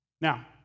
Now